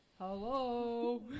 Hello